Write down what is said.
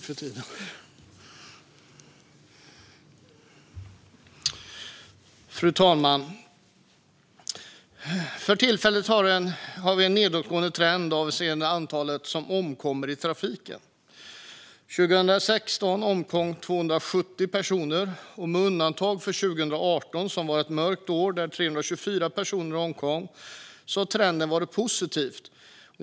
Fru talman! För tillfället ser vi en nedåtgående trend avseende antalet som omkommer i trafiken. År 2016 omkom 270 personer. Med undantag för 2018, som var ett mörkt år då 324 personer omkom, har trenden varit positiv.